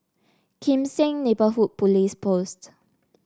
Kim Seng Neighbourhood Police Post